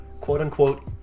quote-unquote